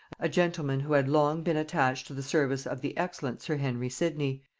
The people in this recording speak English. a gentleman who had long been attached to the service of the excellent sir henry sidney,